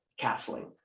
castling